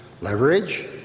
leverage